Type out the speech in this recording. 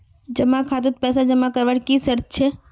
जमा खातात पैसा जमा करवार की शर्त छे?